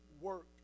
work